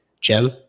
Jim